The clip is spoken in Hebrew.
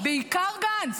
בעיקר גנץ,